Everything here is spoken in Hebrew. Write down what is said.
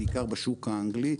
בעיקר בשוק האנגלי,